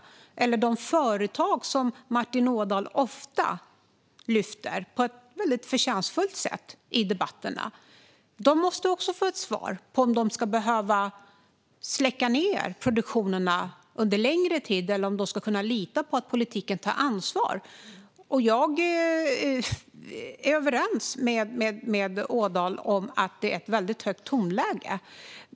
Det handlar om de företag som Martin Ådahl ofta lyfter fram på ett väldigt förtjänstfullt sätt i debatterna. De måste också få ett svar på om de ska behöva släcka ned produktionen under längre tid eller om de ska kunna lita på att politiken tar ansvar. Jag är överens med Ådahl om att det är ett väldigt högt tonläge.